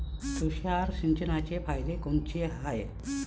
तुषार सिंचनाचे फायदे कोनचे हाये?